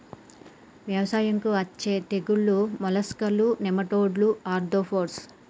వ్యవసాయంకు అచ్చే తెగుల్లు మోలస్కులు, నెమటోడ్లు, ఆర్తోపోడ్స్